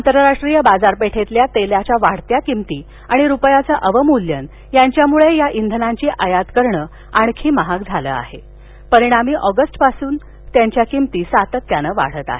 आंतरराष्ट्रीय बाजारातील तेलाच्या वाढत्या किंमती आणि रुपयाचं अवमूल्यन यांच्यामुळे या इंधनांची आयात करणं आणखी महाग झालं आहे परिणामी ऑगस्टच्या मध्यापासून त्यांच्या किंमती वाढत आहेत